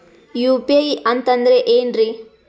UPI ಅಂತಂದ್ರೆ ಏನ್ರೀ?